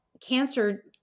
cancer